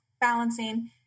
balancing